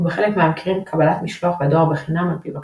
או בחלק מהמקרים קבלת משלוח בדואר בחינם על פי בקשה.